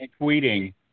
tweeting